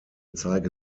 zeige